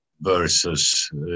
versus